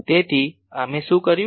તેથી અમે શું કર્યું